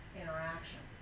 interaction